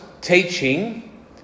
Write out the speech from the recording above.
teaching